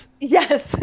Yes